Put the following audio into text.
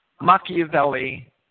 Machiavelli